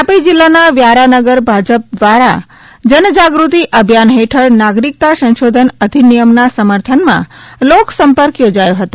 તાપી જિલ્લાના વ્યારાનગર ભાજપ દ્વારા જનજાગૃતિ અભિયાન હેઠળ નાગરિકતા સંશોધન અધિનિયમના સમર્થનમાં લોક સંપર્ક યોજાયો હતો